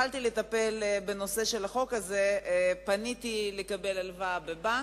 כדי לנסח את החוק הזה פנינו גם לכמה חברים שהם עורכי-דין,